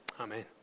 amen